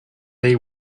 they